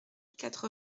quatre